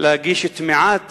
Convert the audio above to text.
להגיש את מעט